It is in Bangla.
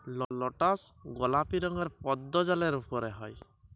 লটাস গলাপি রঙের পদ্দ জালের উপরে হ্যয়